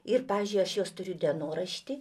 ir pavyzdžiui aš jos turiu dienoraštį